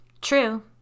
True